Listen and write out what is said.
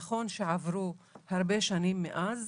נכון שעברו הרבה שנים מאז,